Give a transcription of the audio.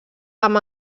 amb